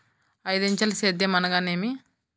ఐదంచెల సేద్యం అనగా నేమి?